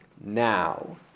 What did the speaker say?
now